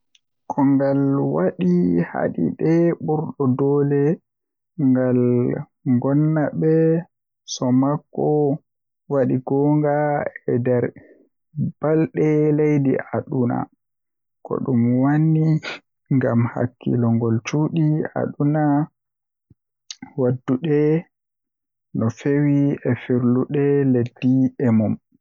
Ko ngal waɗi haɗiiɗe ɓurɗo doole ngal ngonaaɓe so makko waɗi ngonaa e nder balɗe leydi aduna. Ko ɗum waɗani ngam hakkilgol cuɗii aduna, waɗduɗe no feewi e firdude leɗɗe e mum. Internet ngal waɗi kammuuji jogoriɗi hayru ngal ngam waɗde ngonaa e heɓde fayde e rewbhe e keewal leydi aduna